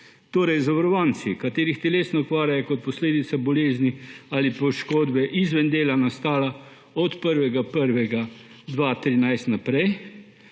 Torej zavarovanci, katerih telesna okvara je kot posledica bolezni ali poškodbe izven dela nastala od 1. 1. 2013 naprej,